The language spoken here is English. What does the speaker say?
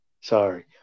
Sorry